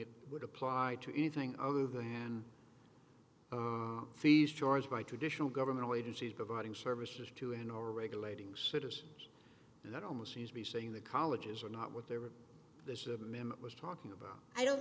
it would apply to anything other than fees charged by traditional governmental agencies providing services to in or regulating sitters and that almost seems to be saying that colleges are not what they were this memo was talking about i don't